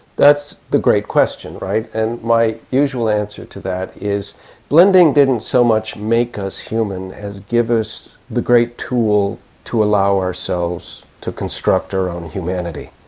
that's the great question, right. and my usual answer to that is blending didn't so much make us human as give us the great tool to allow ourselves to construct our own humanity.